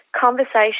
conversation